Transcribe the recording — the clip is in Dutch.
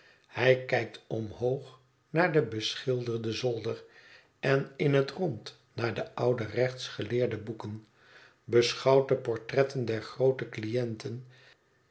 hij kijkt omhoog naar den beschilderden zolder en in het rond naar de oude rechtsgeleerde boeken beschouwt de portretten der groote cliënten